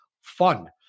fun